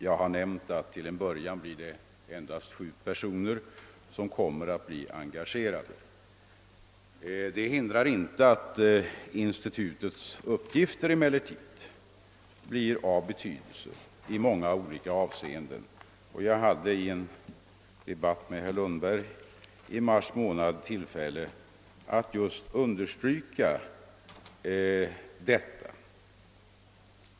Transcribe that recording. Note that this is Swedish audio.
Jag har nämnt att det till en början endast blir sju personer som kommer att bli engagerade. Det hindrar emellertid inte att institutets uppgifter blir av stor betydelse i många olika avseenden. Jag hade under en debatt med herr Lundberg i mars månad tillfälle att just understryka detta.